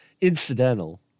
incidental